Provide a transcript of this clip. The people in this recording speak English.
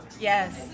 Yes